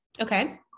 Okay